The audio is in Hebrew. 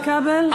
חבר הכנסת כבל.